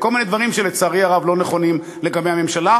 כל מיני דברים שלצערי הרב לא נכונים לגבי הממשלה.